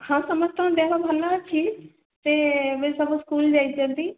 ହଁ ସମସ୍ତଙ୍କ ଦେହ ଭଲ ଅଛି ସେ ଏବେ ସବୁ ସ୍କୁଲ୍ ଯାଇଛନ୍ତି